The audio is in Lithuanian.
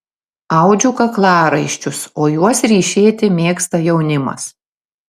audžiu kaklaraiščius o juos ryšėti mėgsta jaunimas